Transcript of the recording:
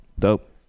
dope